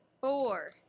four